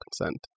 consent